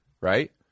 Right